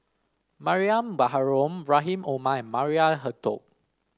Mariam Baharom Rahim Omar and Maria Hertogh